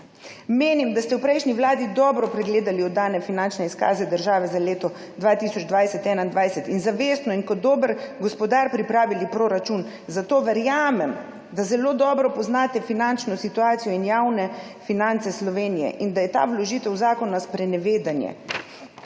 Menim, da ste v prejšnji vladi dobro pregledali oddane finančne izkaze države za leto 2020−2021 in zavestno in kot dober gospodar pripravili proračun. Zato verjamem, da zelo dobro poznate finančno situacijo in javne finance Slovenije in da je ta vložitev zakona sprenevedanje.